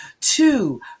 Two